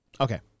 Okay